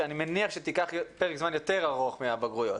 שאני מניח שתיקח פרק זמן יותר ארוך מהבגרויות.